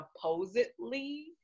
supposedly